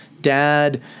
Dad